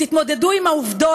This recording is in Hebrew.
תתמודדו עם העובדות,